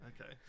Okay